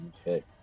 Okay